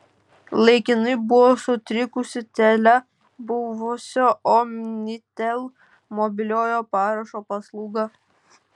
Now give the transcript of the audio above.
laikinai buvo sutrikusi telia buvusio omnitel mobiliojo parašo paslauga